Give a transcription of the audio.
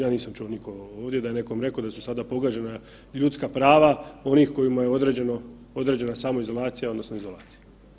Ja nisam čuo nikoga ovdje da je nekom reko da su sada pogažena ljudska prava onih kojima je određena samoizolacija odnosno izolacija.